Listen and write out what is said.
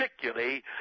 particularly